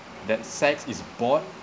that sex is bought